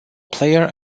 player